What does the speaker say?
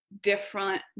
different